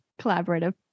collaborative